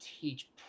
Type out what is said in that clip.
teach